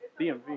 DMV